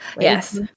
Yes